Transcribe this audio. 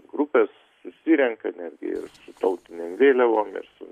grupės susirenka netgi ir su tautinėm vėliavom ir su